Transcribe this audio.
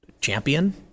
champion